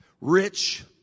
rich